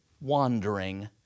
wandering